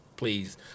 Please